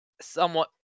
somewhat